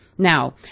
Now